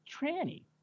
tranny